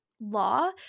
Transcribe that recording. law